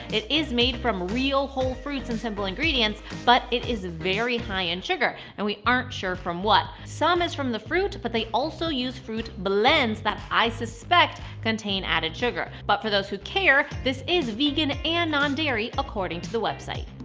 it is made from real, whole fruits and simple ingredients, but it is very high in sugar, and we aren't sure from what. some is from the fruit, but they also use fruit blends that i suspect contain contain added sugar. but for those who care, this is vegan and non-dairy according to the website.